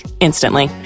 instantly